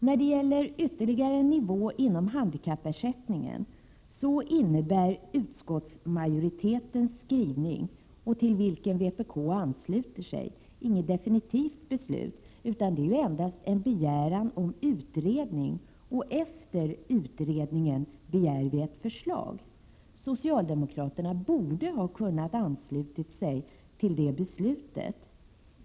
I fråga om ytterligare en nivå inom handikappersättningen innebär utskottsmajoritetens skrivning — till vilken vpk ansluter sig — inget definitivt beslut, utan det är endast en begäran om utredning och efter utredningen ett förslag. Socialdemokraterna borde ha kunnat ansluta sig till det beslutet.